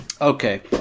Okay